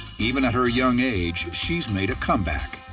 even at her young age, she's made a comeback.